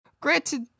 granted